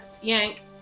yank